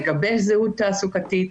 לגבש זהות תעסוקתית.